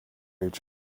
each